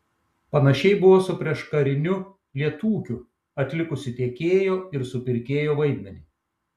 panašiai buvo su prieškariniu lietūkiu atlikusiu tiekėjo ir supirkėjo vaidmenį